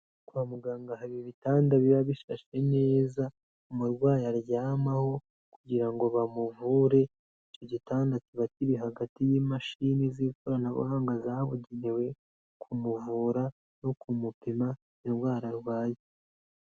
Kwa muganga hari ibitanda biba bishashe neza, umurwayi aryamaho kugira ngo bamuvure, icyo gitanda kiba kiri hagati y'imashini z'ikoranabuhanga zabugenewe kumuvura no kumupima indwara arwaye.